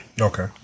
Okay